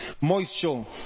moisture